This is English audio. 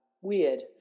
weird